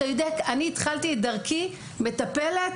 אני התחלתי את דרכי כמטפלת,